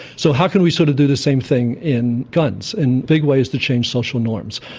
so how can we sort of do the same thing in guns, in big ways to change social norms?